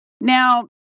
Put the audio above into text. Now